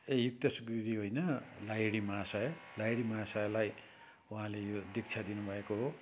ए युक्तेश्वर गिरी होइन लाहिडी महाशय लाहिडी महाशयलाई वहाँले यो दीक्षा दिनुभएको हो